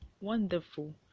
wonderful